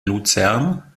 luzern